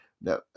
Now